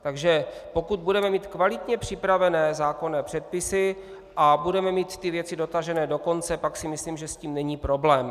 Takže pokud budeme mít kvalitně připravené zákonné předpisy a budeme mít věci dotažené do konce, pak si myslím, že s tím není problém.